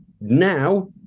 now